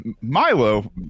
milo